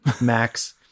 Max